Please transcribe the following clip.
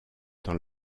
dans